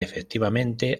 efectivamente